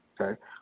okay